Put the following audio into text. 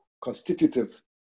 constitutive